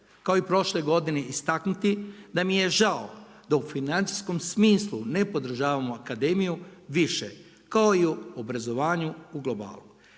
kao i prošle godine istaknuti, da mi je žao da u financijskom smislu ne podržavamo Akademiju više kao i u obrazovanju u globalu.